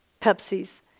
Pepsi's